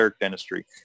dentistry